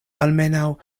almenaŭ